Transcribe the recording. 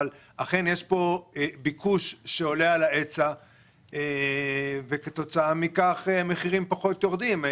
אבל אכן יש פה ביקוש שעולה על ההיצע וכתוצאה מכך המחירים פחות יורדים.